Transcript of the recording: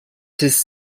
his